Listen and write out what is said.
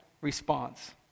response